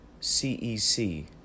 CEC